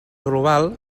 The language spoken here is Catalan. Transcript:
global